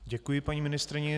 Děkuji paní ministryni.